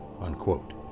unquote